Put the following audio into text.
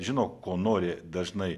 žino ko nori dažnai